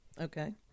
Okay